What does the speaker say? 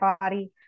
body